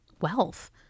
wealth